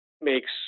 makes